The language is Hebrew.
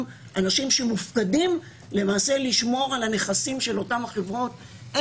אנשים שמופקדים לשמור על הנכסים של אותן החברות,